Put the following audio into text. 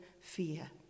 fear